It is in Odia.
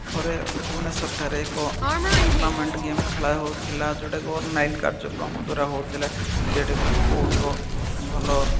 ଥରେ ଭୁବନେଶ୍ୱରଠାରେ ଏକ ଟୁର୍ଣ୍ଣାମେଣ୍ଟ ଗେମ୍ ଖେଳା ହଉଥିଲା ଯେଉଁଟାକି କାର୍ଯ୍ୟକ୍ରମ ଦ୍ୱାରା ହଉଥିଲା ଯେଉଁଟାକି ବହୁତ ଭଲ